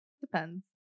Depends